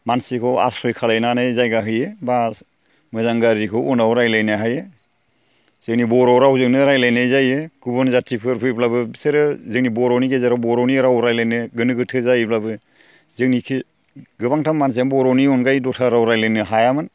मानसिखौ आस्रय खालामनानै जायगा होयो एबा मोजां गाज्रिखौ उनाव रायज्लायनो हायो जोंनि बर' रावजोंनो रायज्लायनाय जायो गुबुन जाथिफोर फैब्लाबो बिसोरो जोंनि बर'नि गेजेराव बर'नि राव रायज्लायनो गोनो गोथो जायोब्लाबो जोंनि गोबां मानसियानो बर'नि अनगायै दस्रा रायज्लायनो हायामोन